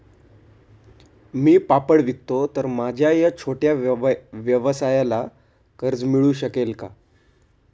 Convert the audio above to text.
मी पापड विकतो तर माझ्या या छोट्या व्यवसायाला कर्ज मिळू शकेल का?